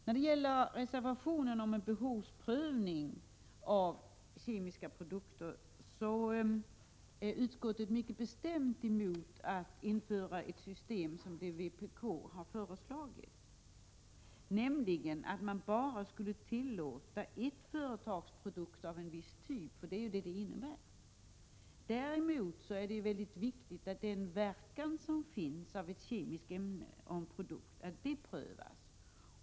När det gäller reservationen om en behovsprövning av kemiska produkter är utskottet mycket bestämt emot att införa ett sådant system som vpk har föreslagit, nämligen att man bara skulle tillåta ert företags produkter av en viss typ — det är ju det vpk:s förslag innebär. Däremot är det mycket viktigt att den verkan som finns av ett kemiskt ämne och en produkt prövas.